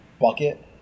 bucket